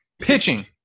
Pitching